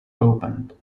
opened